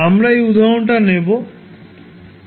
আমরা এই উদাহরণটা নেব